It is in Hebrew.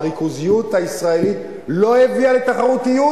הריכוזיות הישראלית לא הביאה לתחרותיות,